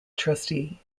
trustee